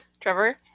Trevor